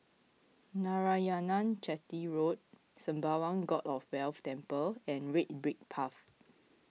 Narayanan Chetty Road Sembawang God of Wealth Temple and Red Brick Path